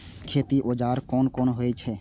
खेती औजार कोन कोन होई छै?